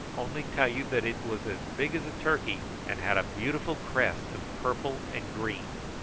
only tell you that it was as big as a turkey, and had a beautiful crest of purple and green.